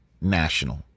national